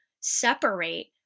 separate